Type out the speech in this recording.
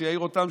שתעיר אותם,